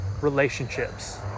relationships